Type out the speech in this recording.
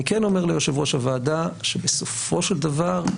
אני אומר ליושב-ראש הוועדה שבסופו של דבר,